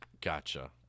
Gotcha